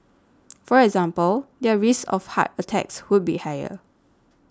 for example their risk of heart attacks would be higher